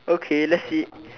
okay that's it